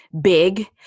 big